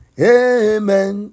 amen